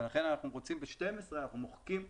לכן אנחנו רוצים בסעיף 12 למחוק את